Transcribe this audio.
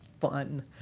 fun